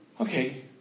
Okay